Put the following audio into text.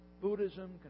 Buddhism